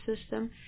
System